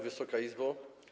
Wysoka Izbo!